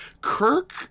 Kirk